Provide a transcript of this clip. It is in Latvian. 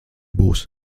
būs